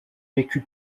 vécu